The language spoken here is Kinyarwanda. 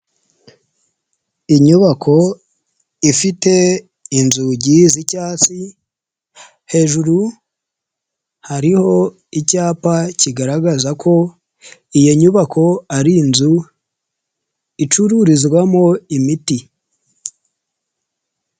Inyubako ifite inzugi z'icyatsi, hejuru hariho icyapa kigaragaza ko iyo nyubako ari inzu icururizwamo imiti.